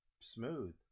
smooth